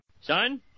Son